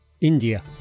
India